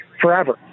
forever